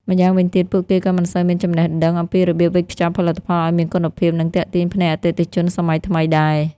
ម្យ៉ាងវិញទៀត ពួកគេក៏មិនសូវមានចំណេះដឹងអំពីរបៀបវេចខ្ចប់ផលិតផលឱ្យមានគុណភាព និងទាក់ទាញភ្នែកអតិថិជនសម័យថ្មីដែរ។